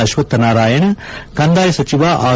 ಅಶ್ವಕ್ಷ ನಾರಾಯಣ ಕಂದಾಯ ಸಚಿವ ಆರ್